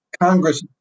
Congress